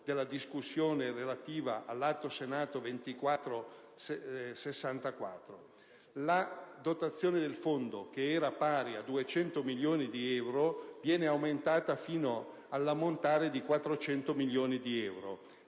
della discussione relativa al disegno di legge Atto Senato n. 2464. La dotazione del fondo, che era pari a 200 milioni di euro, viene aumentato fino all'ammontare di 400 milioni di euro.